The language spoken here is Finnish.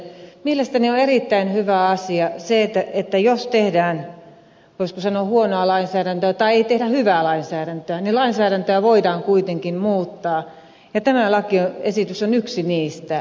mielestäni on erittäin hyvä asia se että jos tehdään voisiko sanoa huonoa lainsäädäntöä tai ei tehdä hyvää lainsäädäntöä niin lainsäädäntöä voidaan kuitenkin muuttaa ja tämä lakiesitys on yksi niistä